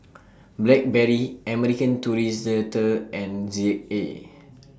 Blackberry American Tourister and Z A